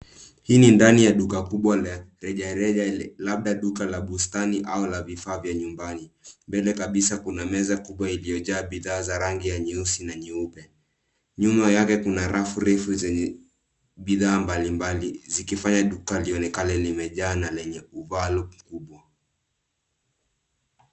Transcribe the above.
Hii ni ndani ya duka kubwa la rejareja, labda duka la bustani au la vifaa vya nyumbani. Mbele kabisa kuna meza kubwa iliyojaa bidhaa za rangi ya nyeusi na nyeupe. Nyuma yake kuna rafu refu zenye bidhaa mbalimbali, zikifanya duka lionekane limejaa na lenye umaalum kubwa.